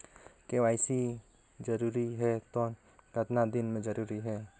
KYC जरूरी हे तो कतना दिन मे जरूरी है?